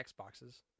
Xboxes